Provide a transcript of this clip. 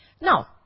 Now